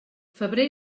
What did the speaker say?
febrer